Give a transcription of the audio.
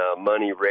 Money